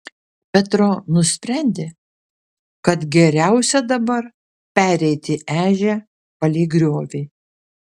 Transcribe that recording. petro nusprendė kad geriausia dabar pereiti ežią palei griovį